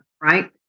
Right